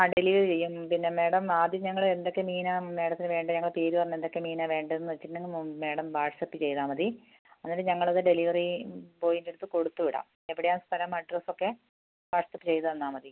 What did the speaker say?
ആ ഡെലിവറി ചെയ്യും പിന്നെ മേഡം ആദ്യം ഞങ്ങൾ എന്തൊക്കെ മീനാണ് മേഡത്തിന് വേണ്ടത് ഞങ്ങൾ തരിക എന്തൊക്കെ മീനാണ് വേണ്ടതെന്ന് വച്ചിട്ടുണ്ടെങ്കിൽ മേഡം വാട്സപ്പ് ചെയ്താൽ മതി എന്നിട്ട് ഞങ്ങളത് ഡെലിവെറി ബോയിൻ്റടുത്ത് കൊടുത്ത് വിടാം എവിടെയാണ് സ്ഥലം അഡ്രസ്സൊക്കെ വാട്സപ്പ് ചെയ്തു തന്നാൽ മതി